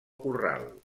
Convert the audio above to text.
corral